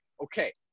okay